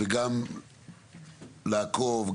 וגם לעקוב,